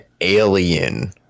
alien